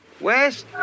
West